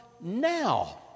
now